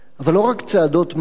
אבל לא רק צעדות מוות